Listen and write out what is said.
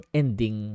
ending